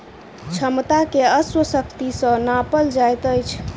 क्षमता के अश्व शक्ति सॅ नापल जाइत अछि